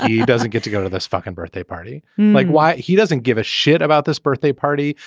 he doesn't get to go to this fucking birthday party like why he doesn't give a shit about this birthday party.